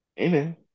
Amen